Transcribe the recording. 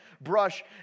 Brush